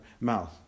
Mouth